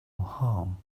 harm